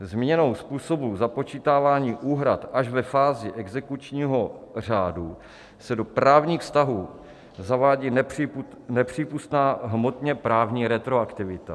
Změnou způsobu započítávání úhrad až ve fázi exekučního řádu se do právních vztahů zavádí nepřípustná hmotněprávní retroaktivita.